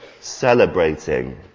celebrating